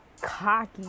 cocky